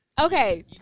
Okay